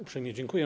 Uprzejmie dziękuję.